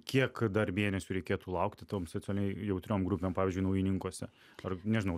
kiek dar mėnesių reikėtų laukti toms socialiai jautriom grupėm pavyzdžiui naujininkuose ar nežinau